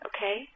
Okay